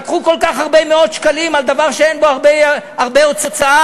לקחו כל כך הרבה מאות שקלים על דבר שאין בו הרבה הוצאה.